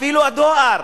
אפילו הדואר,